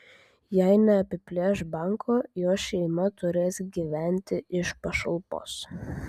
jei neapiplėš banko jo šeima turės gyventi iš pašalpos